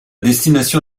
destination